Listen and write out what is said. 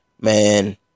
man